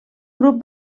grup